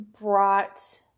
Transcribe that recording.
brought